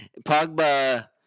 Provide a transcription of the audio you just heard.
Pogba